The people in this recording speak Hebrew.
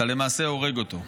אתה למעשה הורג אותו.